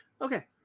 Okay